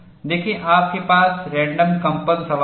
देखें आपके पास रेंडम कंपन सवाल है